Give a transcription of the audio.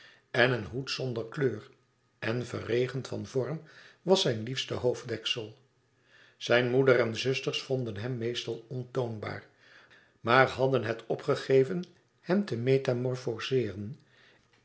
en een hoed zonder kleur en verregend van vorm was zijn liefste hoofddeksel zijne moeder en zusters vonden hem meestal ontoonbaar maar hadden het opgegeven hem te